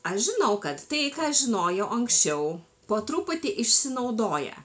aš žinau kad tai ką žinojau anksčiau po truputį išsinaudoja